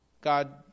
God